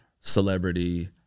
celebrity